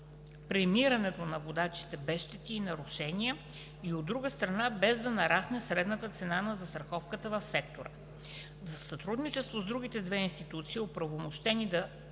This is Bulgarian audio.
премирането на водачите без щети и нарушения, и от друга страна, без да нарасне средната цена на застраховката в сектора. В сътрудничество с другите две институции, оправомощени да